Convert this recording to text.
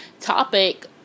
topic